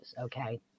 okay